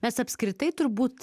mes apskritai turbūt